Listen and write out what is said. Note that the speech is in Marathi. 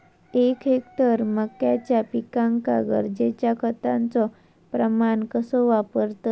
एक हेक्टर मक्याच्या पिकांका गरजेच्या खतांचो प्रमाण कसो वापरतत?